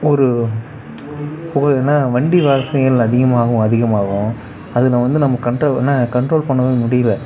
ஒரு என்ன வண்டி வசதிகள் அதிகமாகவும் அதிகமாகவும் அதில் வந்து நம்ம கண்ட் என்ன கண்ட்ரோல் பண்ணவே முடியல